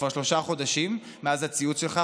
כבר שלושה חודשים מאז הציוץ שלך,